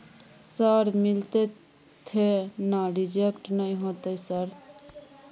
Sir मिलते थे ना रिजेक्ट नय होतय सर?